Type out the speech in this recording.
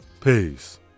Peace